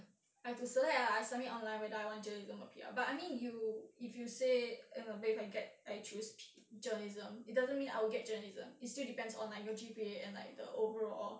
I have to select ah I submit online whether I want journalism or P_R but I mean you if you say eh no if I get I choose journalism it doesn't mean I'll get journalism is still depends on like your G_P_A and like the overall